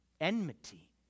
enmity